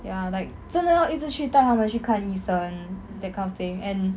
ya like 真的 lor 一直去带他们去看医生 that kind of thing and